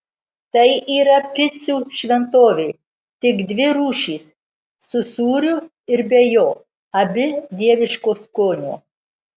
tai yra picų šventovė tik dvi rūšys su sūriu ir be jo abi dieviško skonio